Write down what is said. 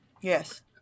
Yes